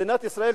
מדינת ישראל,